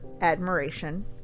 admiration